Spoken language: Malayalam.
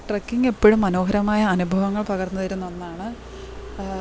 ട്രക്കിങ് എപ്പോഴും മനോഹരമായ അനുഭവങ്ങൾ പകർന്നുതരുന്ന ഒന്നാണ്